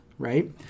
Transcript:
right